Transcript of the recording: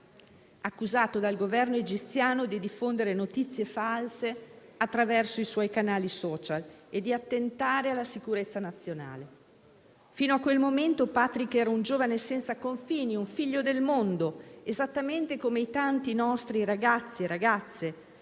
accusato dal Governo egiziano di diffondere notizie false attraverso i suoi canali *social* e di attentare alla sicurezza nazionale. Fino a quel momento Patrick era un giovane senza confini, un figlio del mondo, esattamente come i tanti nostri ragazzi e ragazze